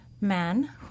man